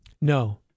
No